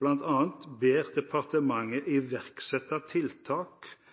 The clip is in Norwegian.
ber departementet iverksette tiltak